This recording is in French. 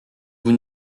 vous